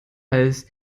als